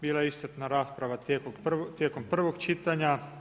Bila je iscrpna rasprava, tijekom prvog čitanja.